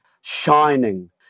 shining